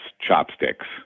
chopsticks